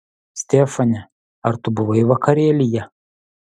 stefane ar tu buvai vakarėlyje